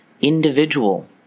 individual